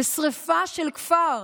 בשרפה של כפר,